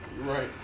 Right